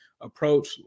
approach